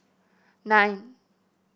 nine